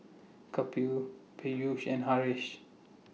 Kapil Peyush and Haresh